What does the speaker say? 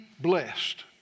blessed